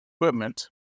equipment